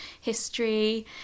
history